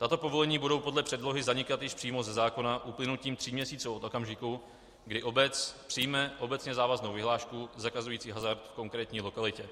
Tato povolení budou podle předlohy zanikat již přímo ze zákona uplynutím tří měsíců od okamžiku, kdy obec přijme obecně závaznou vyhlášku zakazující hazard v konkrétní lokalitě.